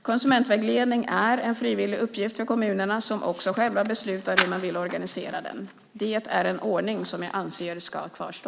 Konsumentvägledning är en frivillig uppgift för kommunerna, som också själva beslutar hur de vill organisera den. Det är en ordning som jag anser ska kvarstå.